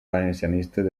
valencianistes